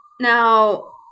Now